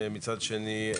מצד שני,